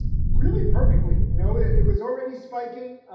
really perfectly. you know, it was already spiking.